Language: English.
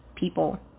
People